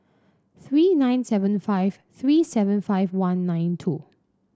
three nine seven five three seven five one nine two